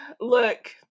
look